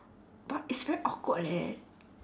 but it's very awkward leh